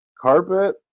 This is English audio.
Carpet